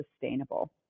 sustainable